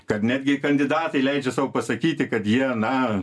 kad netgi kandidatai leidžia sau pasakyti kad jie na